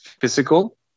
physical